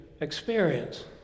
experience